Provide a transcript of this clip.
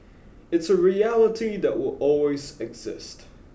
it's a reality that will always exist